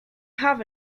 have